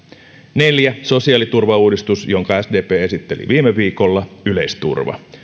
neljä sosiaaliturvauudistus jonka sdp esitteli viime viikolla yleisturva